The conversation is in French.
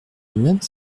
vingt